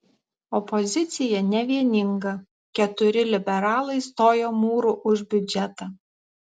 opozicija nevieninga keturi liberalai stojo mūru už biudžetą